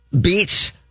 beats